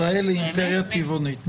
ישראל היא אימפריה טבעונית.